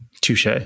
Touche